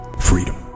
Freedom